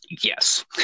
Yes